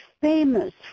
famous